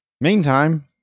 Meantime